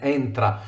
entra